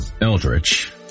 Eldritch